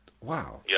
Wow